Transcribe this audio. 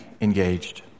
engaged